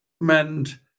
mend